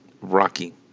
Rocky